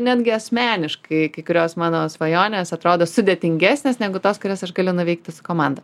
netgi asmeniškai kai kurios mano svajonės atrodo sudėtingesnės negu tos kurias aš galiu nuveikti su komanda